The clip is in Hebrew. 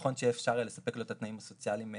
נכון שיהיה אפשר לספק לו את התנאים הסוציאליים הנדרשים.